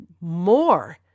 more